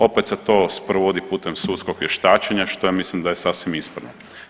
Opet se sad to sprovodi putem sudskog vještačenja što ja mislim da je sasvim ispravno.